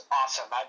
awesome